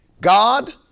God